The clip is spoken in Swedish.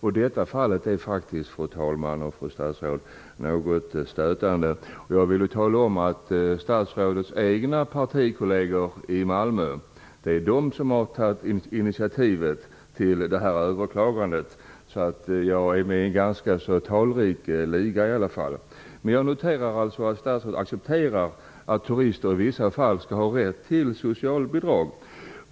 Det aktuella fallet är faktiskt, fru talman, något stötande. Jag kan också tala om att statsrådets egna partikolleger i Malmö har tagit initiativ till överklagandet. Jag är alltså med i en ganska talrik liga. Jag noterar att statsrådet accepterar att turister i vissa fall skall ha rätt till socialbidrag.